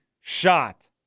shot